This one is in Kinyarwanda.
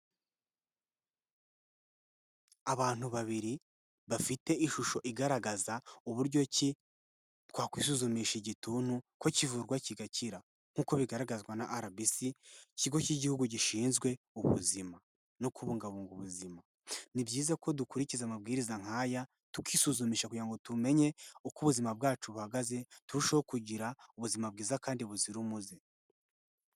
Abantu babiri bafite ishusho igaragaza uburyo ki twakwisuzumisha igituntu ko kivurwa kigakira nk'uko bigaragazwa na RBC ikigo cy'igihugu gishinzwe ubuzima no kubungabunga ubuzima, ni byiza ko dukurikiza amabwiriza nk'aya tukisuzumisha kugira ngo tumenye uko ubuzima bwacu buhagaze turushaho kugira ubuzima bwiza kandi buzira umuze.